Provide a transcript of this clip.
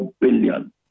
billion